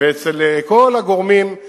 אצל כל הגורמים,